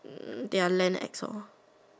their land ex lor